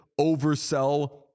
oversell